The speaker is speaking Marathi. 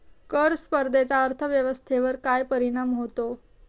कर स्पर्धेचा अर्थव्यवस्थेवर काय परिणाम होतो?